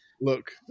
look